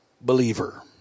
believer